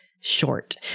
short